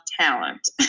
talent